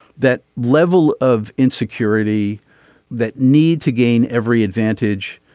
that level of insecurity that need to gain every advantage.